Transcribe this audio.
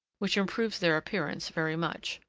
which improves their appearance very much.